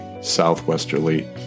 southwesterly